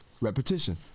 repetition